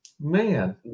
Man